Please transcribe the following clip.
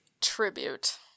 Tribute